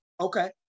Okay